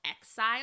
Exile